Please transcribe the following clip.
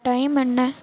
time என்ன